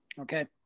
okay